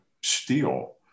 steel